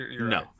No